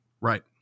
Right